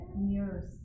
mirrors